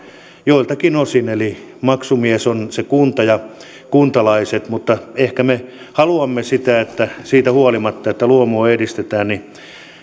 joiltakin osin eli maksumies on se kunta ja kuntalaiset mutta ehkä me haluamme ja kunnissa halutaan siitä huolimatta että luomua edistetään